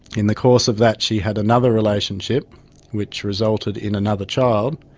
in the course of that she had another relationship which resulted in another child,